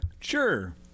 Sure